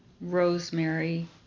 Rosemary